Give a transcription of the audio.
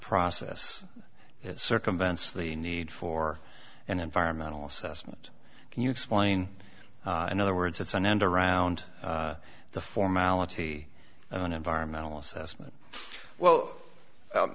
process it circumvents the need for an environmental assessment can you explain in other words it's an end around the formality and an environmental assessment well